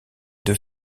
deux